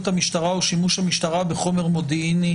המשטרה או שימוש המשטרה בחומר מודיעיני,